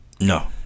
No